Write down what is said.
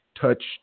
touched